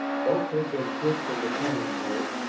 both had been tricked into coming here,